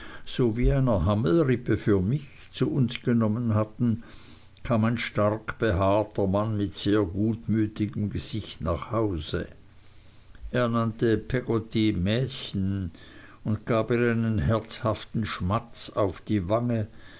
sowie einer hammelrippe für mich zu uns genommen hatten kam ein stark behaarter mann mit sehr gutmütigem gesicht nach hause er nannte peggotty mächen und gab ihr einen herzhaften schmatz auf die wange